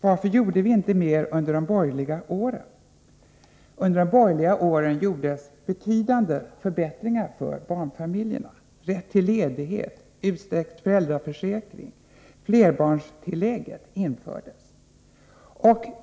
Vad gjorde vi då under de borgerliga åren? Då genomfördes betydande förbättringar för barnfamiljerna: rätt till ledighet, utsträckt föräldraförsäkring och flerbarnstillägg infördes.